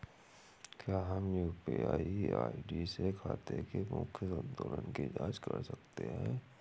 क्या हम UPI ID से खाते के मूख्य संतुलन की जाँच कर सकते हैं?